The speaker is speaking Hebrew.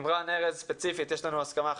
עם רן ארז ספציפית יש לנו הסכמה אחת,